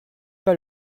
pas